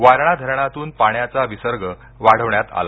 वारणा धरणातून पाण्याचा विसर्ग वाढवण्यात आला